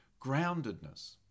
groundedness